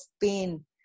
pain